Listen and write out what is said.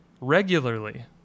Regularly